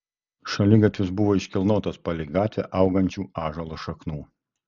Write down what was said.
šaligatvis buvo iškilnotas palei gatvę augančių ąžuolo šaknų